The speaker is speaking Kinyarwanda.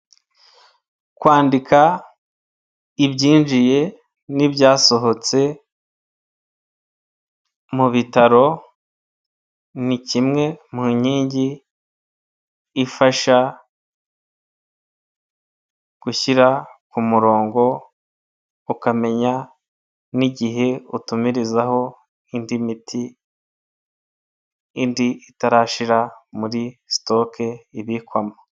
Kwandika ibyinjiye n'ibyasohotse mu bitaro, ni kimwe mu nkingi ifasha gushyira ku kumurongo, ukamenya n'igihe utumirizaho nk'indi miti, indi itarashira muri sitoke ibikwamo.